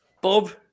Bob